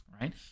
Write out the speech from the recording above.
right